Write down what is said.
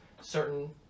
certain